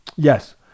Yes